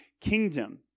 kingdom